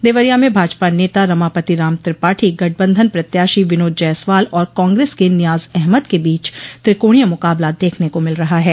देवरिया मे भाजपा नेता रमापति राम त्रिपाठी गठबंधन प्रत्याशी विनोद जायसवाल और कांग्रेस के नियाज अहमद के बीच त्रिकोणीय मुकाबला देखने को मिल रहा है